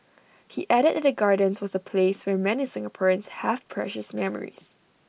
he added that the gardens was A place where many Singaporeans have precious memories